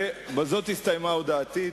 בזאת הסתיימה הודעתי.